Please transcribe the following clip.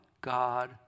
God